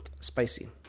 spicy